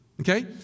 Okay